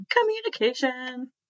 Communication